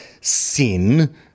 sin